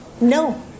No